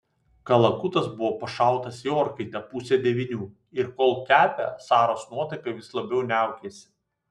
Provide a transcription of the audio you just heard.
kalakutas buvo pašautas į orkaitę pusę devynių ir kol kepė saros nuotaika vis labiau niaukėsi